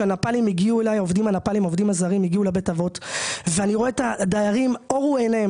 כשהעובדים היפנים הגיעו אלי לבית האבות ראיתי שאורו עיניהם